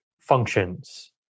functions